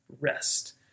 rest